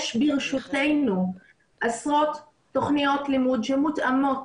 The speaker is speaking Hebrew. יש ברשותנו עשרות תוכניות לימוד, שמותאמות